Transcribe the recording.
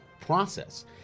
process